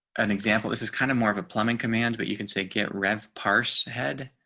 an example. this is kind of more of a plumbing command, but you can say get rev parse head.